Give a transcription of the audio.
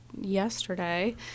yesterday